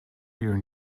your